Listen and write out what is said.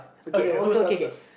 okay who starts first